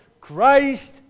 Christ